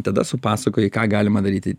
tada supasakoji ką galima daryti